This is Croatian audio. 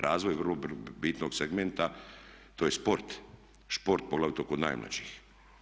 Razvoj vrlo bitnog segmenta, to je sport, šport poglavito kod najmlađih.